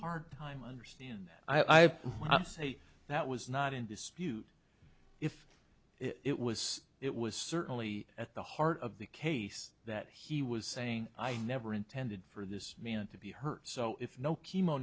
hard time understand that i have say that was not in dispute if it was it was certainly at the heart of the case that he was saying i never intended for this man to be hurt so if no chemo